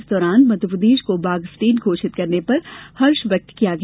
इस दौरान मध्यप्रदेश को बाघ स्टेट घोषित करने पर हर्ष व्यक्त किया गया